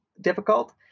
difficult